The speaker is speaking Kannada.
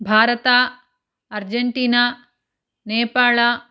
ಭಾರತ ಅರ್ಜೆಂಟೀನ ನೇಪಾಳ